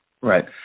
Right